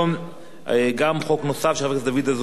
חוק נוסף של חבר הכנסת דוד אזולאי וישראל אייכלר,